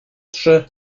trzy